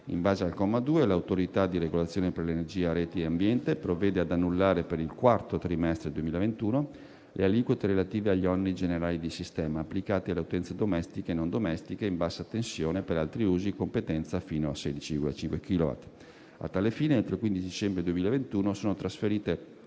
In base al comma 2, l'Autorità di regolazione per energia, reti e ambiente (ARERA) provvede ad annullare per il quarto trimestre 2021 le aliquote relative agli oneri generali di sistema applicati alle utenze domestiche e non domestiche in bassa tensione per altri usi, con potenza fino a 16,5 kilowatt. A tale fine, entro il 15 dicembre 2021 sono trasferite